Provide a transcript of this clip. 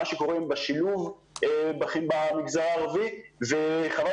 על מה שקורה בשילוב במגזר הערבי כי חבל